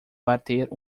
bater